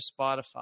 Spotify